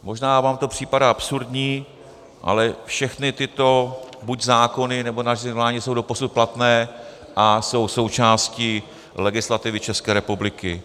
Možná vám to připadá absurdní, ale všechny tyto buď zákony, nebo nařízení vlády jsou doposud platné a jsou součástí legislativy České republiky.